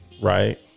Right